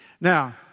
Now